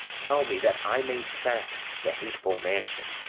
tell me, that i may sack the hateful mansion.